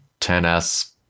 10S